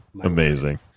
Amazing